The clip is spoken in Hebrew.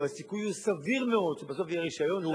והסיכוי הוא סביר מאוד שבסוף יהיה רשיון,